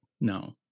No